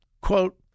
Quote